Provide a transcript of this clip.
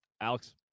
Alex